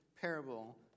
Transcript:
parable